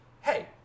Hey